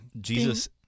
Jesus